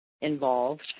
involved